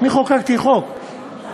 אני חוקקתי חוק.